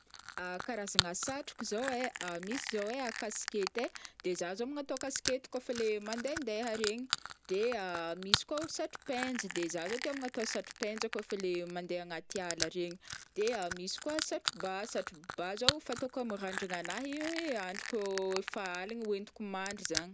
Karazagna satroka zao ai misy zao ai a- kaskety ai de zah zao magnatao kaskety kaofa mandehandeha regny de misy koa o satro-penja de zah zao tia magnatao satropenja kaofa le mandeha agnaty ala regny de misy koa satro-bà satro-bà zao fataoko am'randragnanahy andro kao- fa aligny hoentiko mandry zany.